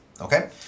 okay